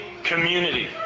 community